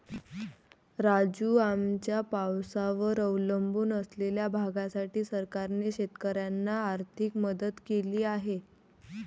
राजू, आमच्या पावसावर अवलंबून असलेल्या भागासाठी सरकारने शेतकऱ्यांना आर्थिक मदत केली आहे